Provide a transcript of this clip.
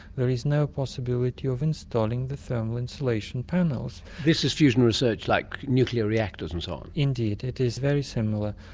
there is no possibility of installing the thermal insulation panels. this is fusion research like nuclear reactors and so on. indeed, it is very similar,